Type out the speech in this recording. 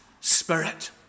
spirit